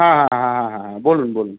হ্যাঁ হ্যাঁ হ্যাঁ হ্যাঁ হ্যাঁ হ্যাঁ বলুন বলুন